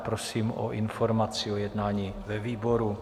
Prosím o informaci o jednání ve výboru.